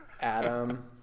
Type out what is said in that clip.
Adam